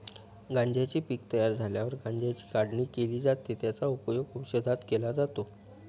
गांज्याचे पीक तयार झाल्यावर गांज्याची काढणी केली जाते, त्याचा उपयोग औषधात केला जातो